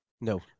No